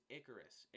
Icarus